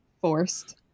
forced